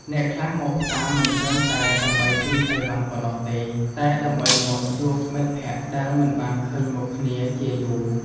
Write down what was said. អ្នកខ្លះមកផ្សារមិនត្រឹមតែដើម្បីទិញឥវ៉ាន់ប៉ុណ្ណោះទេតែដើម្បីមកជួបមិត្តភក្តិដែលមិនបានឃើញមុខគ្នាជាយូរ។